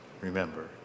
remember